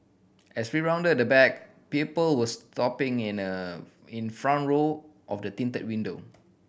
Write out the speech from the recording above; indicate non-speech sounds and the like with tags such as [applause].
as we rounded the back people were stopping in a in front [unintelligible] of the tinted window